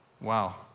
wow